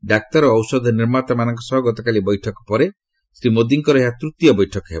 ଡାକ୍ତର ଓ ଔଷଧ ନିର୍ମାତା ମାନଙ୍କ ସହ ଗତକାଲି ବୈଠକ ପରେ ଶ୍ରୀ ମୋଦିଙ୍କର ଏହା ତୃତୀୟ ବୈଠକ ହେବ